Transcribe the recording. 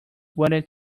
wanted